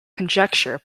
conjecture